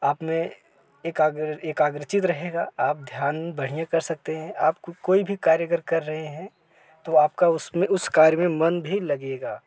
आप में एकाग्र एकाग्रचित रहेगा आप ध्यान बढ़ियाँ कर सकते हैं आपको कोई भी कार्य अगर कर रहे हैं तो आपका उसमें उस कार्य में मन भी लगेगा